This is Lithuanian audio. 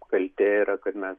kaltė yra kad mes